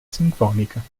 sinfonica